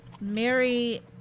Mary